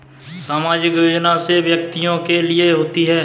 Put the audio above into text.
सामाजिक योजना कौन से व्यक्तियों के लिए होती है?